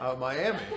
Miami